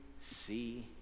see